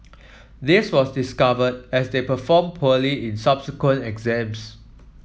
this was discovered as they performed poorly in subsequent exams